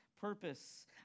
purpose